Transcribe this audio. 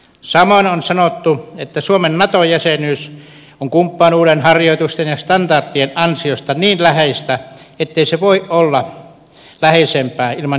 samoin on sanottu että suomen nato jäsenyys on kumppanuuden harjoitusten ja standardien ansiosta niin läheistä ettei se voi olla läheisempää ilman jäsenyyttä